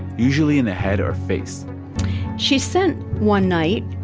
usually in the head or face she sent, one night,